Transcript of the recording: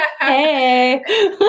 Hey